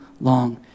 long